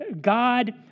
God